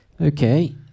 Okay